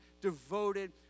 devoted